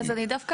אז אני דווקא